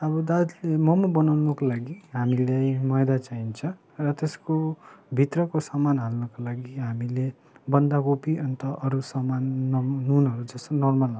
अब दार्जिलिङ मोमो बनाउनुको लागि हामीलाई मैदा चाहिन्छ र त्यसको भित्रको सामान हाल्नको लागि हामीले बन्दकोपी अन्त अरू सामान नम् नुनहरू जस्तै नरमल हाल्नु पर्छ